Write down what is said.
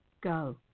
go